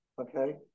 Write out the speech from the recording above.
okay